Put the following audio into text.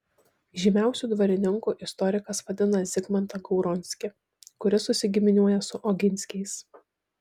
žymiausiu dvarininku istorikas vadina zigmantą gauronskį kuris susigiminiuoja su oginskiais